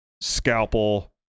Scalpel